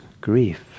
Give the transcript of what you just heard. grief